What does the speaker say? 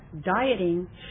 dieting